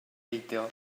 beidio